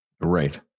Right